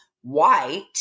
white